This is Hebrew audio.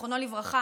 זיכרונו לברכה,